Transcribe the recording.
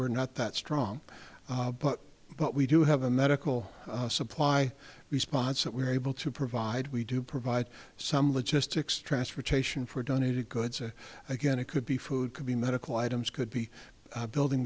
we're not that strong but we do have a medical supply response that we're able to provide we do provide some logistics transportation for donated goods and again it could be food could be medical items could be building